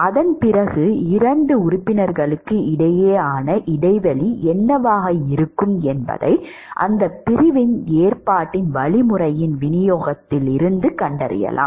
அதன்பிறகு இரண்டு உறுப்பினர்களுக்கு இடையேயான இடைவெளி என்னவாக இருக்கும் அந்த பிரிவின் ஏற்பாட்டின் வழிமுறையின் விநியோகத்தைக் கண்டறியலாம்